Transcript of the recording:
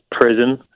prison